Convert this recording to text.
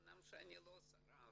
אמנם אני לא שרה,